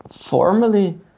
formally